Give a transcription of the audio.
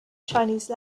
chinese